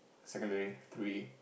secondary three